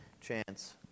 chance